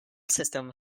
system